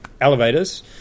elevators